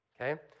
Okay